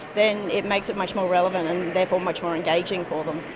then it makes it much more relevant and therefore much more engaging for them.